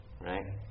right